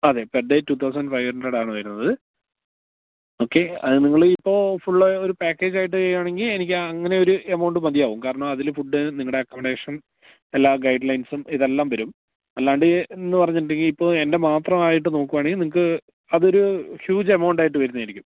അതെ per day two thousand five ഹൺഡ്രഡാണ് വരുന്നത് ഓക്കേ അത് നിങ്ങള് ഇപ്പോള് ഫുള് ഒരു പാക്കേജായിട്ട് ചെയ്യുകയാണെങ്കില് എനിക്ക് അങ്ങനെ ഒരെമൗണ്ട് മതിയാകും കാരണം അതില് ഫുഡ്ഡ് നിങ്ങളുടെ അക്കമഡേഷൻ എല്ലാ ഗൈഡ്ലൈൻസും ഇതെല്ലാം വരും അല്ലാതെ എന്ന് പറഞ്ഞിട്ടുണ്ടെങ്കില് ഇപ്പോള് എൻറ്റെ മാത്രമായിട്ട് നോക്കുകയാണെങ്കില് നിങ്ങള്ക്ക് അതൊരു ഹ്യൂജ് എമൗണ്ടായിട്ട് വരുന്നതായിരിക്കും